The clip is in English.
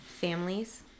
families